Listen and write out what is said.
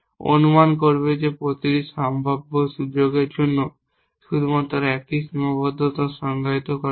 অনুমান করবে যে প্রতিটি সম্ভাব্য সুযোগের জন্য শুধুমাত্র 1টি সীমাবদ্ধতা সংজ্ঞায়িত করা আছে